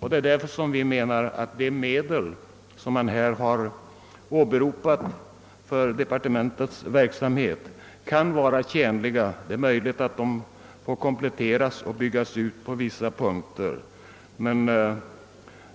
Av denna anledning anser vi att de medel för departementets verksamhet som åberopats kan vara tjänliga. Det är möjligt att de behöver kompletteras och byggas ut på vissa punkter, men